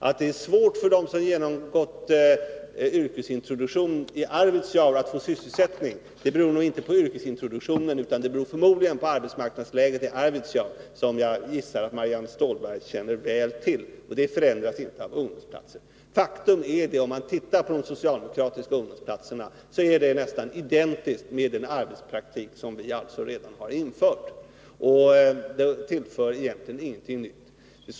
Att det är svårt för dem som genomgått yrkesintroduktion i Arvidsjaur att få sysselsättning beror nog inte på yrkesintroduktionen, utan det beror förmodlingen på arbetsmarknadsläget i Arvidsjaur, som jag gissar att Marianne Stålberg känner väl till. Det förändras ju inte av några ungdomsplatser. Faktum är att om man tittar på det socialdemokratiska förslaget om ungdomsplatser, så finner man att det är nästan identiskt med den arbetspraktik som vi redan har infört, och det tillför egentligen inte verksamheten någonting nytt.